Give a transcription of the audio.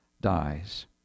dies